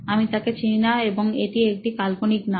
আমি তাকে চিনি না এবং এটি একটি কাল্পনিক নাম